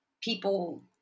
people